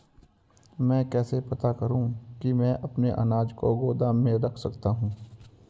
मैं कैसे पता करूँ कि मैं अपने अनाज को गोदाम में रख सकता हूँ?